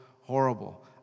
horrible